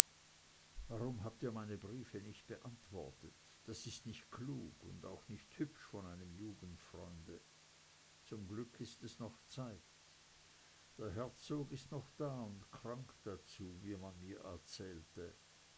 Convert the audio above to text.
warum habt ihr meine briefe nicht beantwortet das ist nicht klug und auch nicht hübsch von einem jugendfreunde zum glück ist es noch zeit der herzog ist noch da und krank dazu wie man mir erzählte